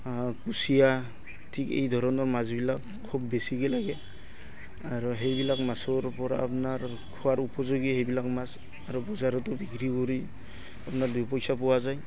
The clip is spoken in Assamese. কুচিয়া ঠিক এই ধৰণৰ মাছবিলাক খুব বেছিকে লাগে আৰু সেইবিলাক মাছৰ পৰা আপোনাৰ খোৱাৰ উপযোগী সেইবিলাক মাছ আৰু বজাৰতো বিক্ৰী কৰি আপোনাৰ দুই পইচা পোৱা যায়